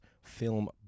film